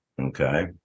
Okay